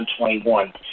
2021